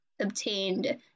obtained